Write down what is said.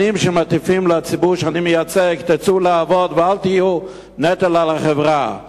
שנים מטיפים לציבור שאני מייצג: תצאו לעבוד ואל תהיו נטל על החברה.